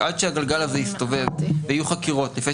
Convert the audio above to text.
שעד שהגלגל הזה יסתובב ויהיו חקירות לפי